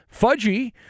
Fudgy